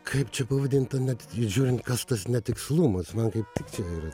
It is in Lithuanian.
kaip čia pavadint tą net žiūrint kas tas netikslumas man kaip tik čia yra